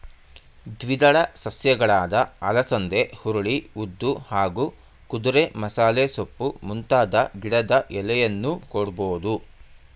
ದ್ವಿದಳ ಸಸ್ಯಗಳಾದ ಅಲಸಂದೆ ಹುರುಳಿ ಉದ್ದು ಹಾಗೂ ಕುದುರೆಮಸಾಲೆಸೊಪ್ಪು ಮುಂತಾದ ಗಿಡದ ಎಲೆಯನ್ನೂ ಕೊಡ್ಬೋದು